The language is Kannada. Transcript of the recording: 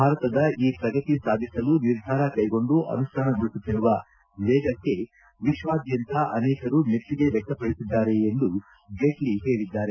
ಭಾರತದ ಈ ಪ್ರಗತಿ ಸಾಧಿಸಲು ನಿರ್ಧಾರ ಕೈಗೊಂಡು ಅನುಷ್ಠಾನಗೊಳಿಸುತ್ತಿರುವ ವೇಗಕ್ಕೆ ವಿಶ್ವಾದ್ಯಂತ ಅನೇಕರು ಮೆಚ್ಚುಗೆ ವ್ಯಕ್ತಪಡಿಸಿದ್ದಾರೆ ಎಂದು ಜೇಟ್ಲಿ ಹೇಳಿದ್ದಾರೆ